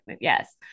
Yes